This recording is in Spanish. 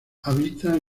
habita